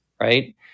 right